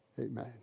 Amen